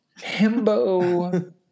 himbo